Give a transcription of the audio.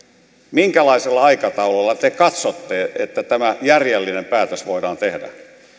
minkälaisella aikataululla te katsotte että tämä järjellinen päätös voidaan tehdä